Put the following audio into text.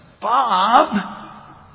bob